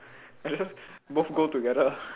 like just both go together lah